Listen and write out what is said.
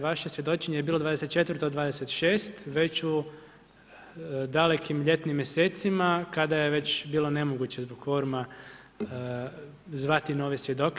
Vaše svjedočenje je bilo 24 od 26 već u dalekim ljetnim mjesecima, kada je već bilo nemoguće zbog kvoruma zvati nove svjedoke.